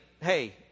hey